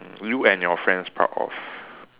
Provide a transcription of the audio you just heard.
you and your friends proud of